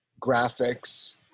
Graphics